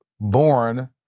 born